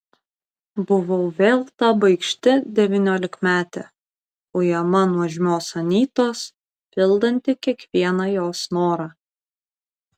buvau vėl ta baikšti devyniolikmetė ujama nuožmios anytos pildanti kiekvieną jos norą